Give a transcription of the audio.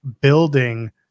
building